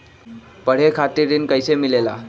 पढे खातीर ऋण कईसे मिले ला?